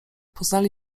poznali